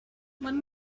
when